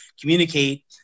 communicate